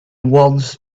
once